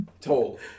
told